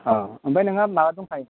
औ ओमफ्राय नोंहा माबा दंखायो